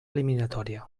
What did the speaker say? eliminatòria